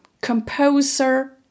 composer